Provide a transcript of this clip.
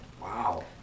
Wow